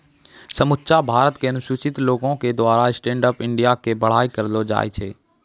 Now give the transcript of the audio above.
समुच्चा भारत के अनुसूचित लोको के द्वारा स्टैंड अप इंडिया के बड़ाई करलो जाय छै